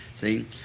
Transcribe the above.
See